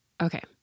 okay